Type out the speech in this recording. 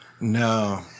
no